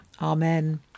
Amen